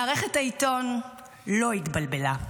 מערכת העיתון לא התבלבלה.